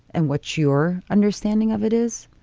and what's your understanding of it is.